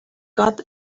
got